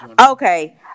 okay